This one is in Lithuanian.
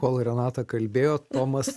kol renata kalbėjo tomas